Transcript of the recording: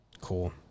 Cool